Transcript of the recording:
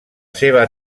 seva